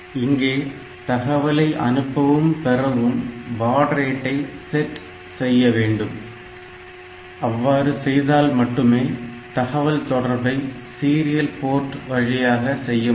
இங்கே தகவலை அனுப்பவும் பெறவும் பாட் ரேட்டை செட் செய்ய வேண்டும் அவ்வாறு செய்தால் மட்டுமே தகவல் தொடர்பை சீரியல் போர்ட் வழியாக செய்ய முடியும்